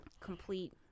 complete